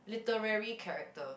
literary character